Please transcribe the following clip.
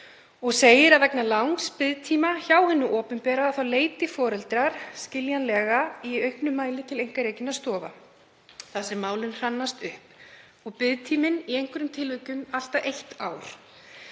og segir að vegna langs biðtíma hjá hinu opinbera leiti foreldrar skiljanlega í auknum mæli til einkarekinna stofa þar sem málin hrannast upp og biðtíminn er í einhverjum tilvikum allt að eitt ár.